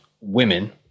women